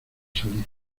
salir